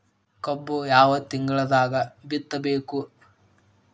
ಕಬ್ಬು ಯಾವ ತಿಂಗಳದಾಗ ಬಿತ್ತಬೇಕು?